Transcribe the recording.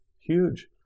Huge